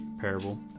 parable